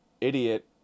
idiot